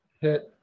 hit